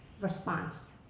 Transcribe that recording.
response